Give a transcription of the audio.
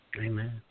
Amen